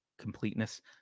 completeness